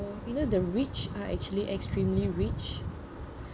you know the rich are actually extremely rich